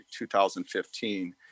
2015